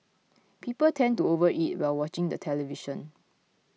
people tend to over eat while watching the television